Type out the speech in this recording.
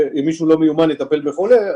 אם מישהו לא מיומן יטפל בחולה,